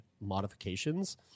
modifications